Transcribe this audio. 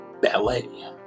Ballet